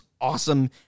awesome